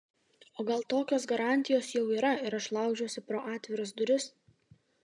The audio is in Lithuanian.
o gal tokios garantijos jau yra ir aš laužiuosi pro atviras duris